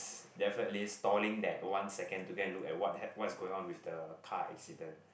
definitely stalling that one second to go and look at what what's going on with the car accident